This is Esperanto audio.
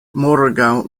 morgaŭ